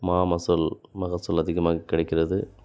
மாமசூல் மகசூல் அதிகமாக கிடைக்கிறது